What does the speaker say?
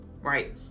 right